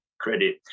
credit